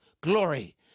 glory